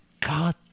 God